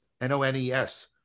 n-o-n-e-s